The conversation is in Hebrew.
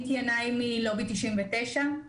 אני